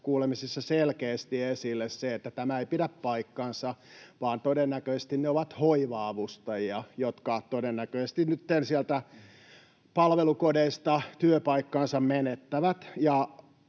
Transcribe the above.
asiantuntijakuulemisissa selkeästi esille se, että tämä ei pidä paikkaansa, vaan todennäköisesti ne ovat hoiva-avustajia, jotka nytten sieltä palvelukodeista työpaikkansa menettävät.